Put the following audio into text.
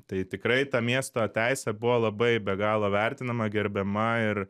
tai tikrai ta miesto teisė buvo labai be galo vertinama gerbiama ir